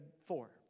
four